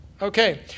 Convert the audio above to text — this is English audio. Okay